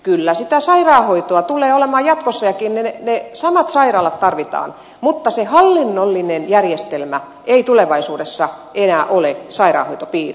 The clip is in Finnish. kyllä sitä sairaanhoitoa tulee olemaan jatkossakin ja ne samat sairaalat tarvitaan mutta se hallinnollinen järjestelmä ei tulevaisuudessa enää ole sairaanhoitopiiri